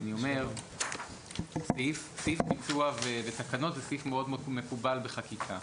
אני אומר שסעיף ביצוע ותקנות זה סעיף מאוד מאוד מקובל בחקיקה,